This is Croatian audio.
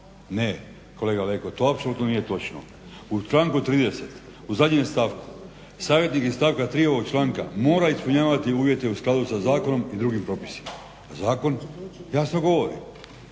Ne, kolega Leko to apsolutno nije točno. U članku 30. u zadnjem stavku: "Savjetnik iz stavka 3. ovog članka mora ispunjavati uvjete u skladu sa zakonom i drugim propisima, a zakon jasno govori.